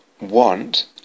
want